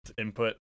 input